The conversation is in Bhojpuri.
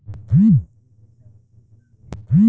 किस्त के पईसा केतना होई?